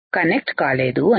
connect కాలేదు అని